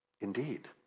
Indeed